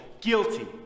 Guilty